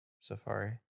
Safari